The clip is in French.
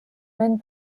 mène